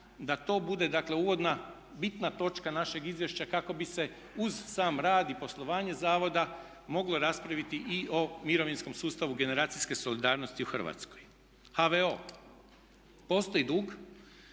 da to bude dakle uvodna bitna točka našeg izvješća kako bi se uz sam rad i poslovanje zavoda moglo raspraviti i o mirovinskom sustavu generacijske solidarnosti u Hrvatskoj. HVO, postoji dug